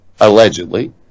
allegedly